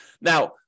Now